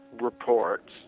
reports